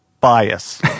bias